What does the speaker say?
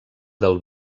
del